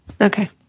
Okay